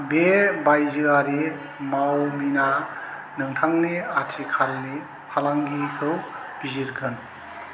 बे बायजोयारि मावमिना नोंथांनि आथिखालनि फालांगिखौ बिजिरगोन